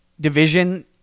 division